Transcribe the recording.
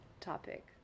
topic